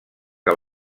que